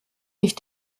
ich